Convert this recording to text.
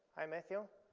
hi, matthew.